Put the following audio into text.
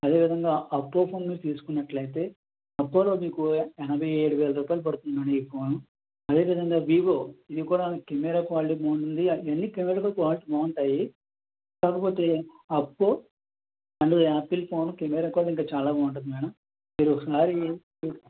అదేవిధంగా Oppo phone మీరు తీసుకున్నట్లయితే అప్పోలో మీకు ఎనభై ఏడు వేల రూపాయలు పడుతుంది ఈ ఫోన్ అదేవిధంగా వివో ఇది కూడా కెమెరా క్వాలిటీ బాగుంటుంది అసల ఇవన్నీ కెమెరా కాస్ట్ బాగుంటాయి కాకపోతే Oppo and Apple phone camera కూడా ఇంకా చాలా బాగుంటుంది మేడం మీరు ఒకసారి